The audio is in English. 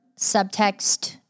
subtext